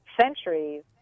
centuries